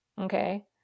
Okay